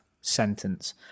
sentence